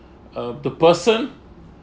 um the person